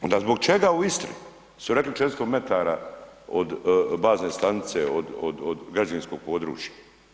Onda zbog čega u Istri su rekli 400 metara bazne stanice od građevinskog područja?